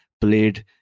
played